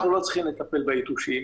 אנחנו לא צריכים לטפל ביתושים,